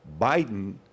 Biden